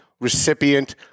recipient